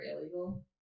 illegal